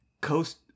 Coast